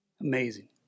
Amazing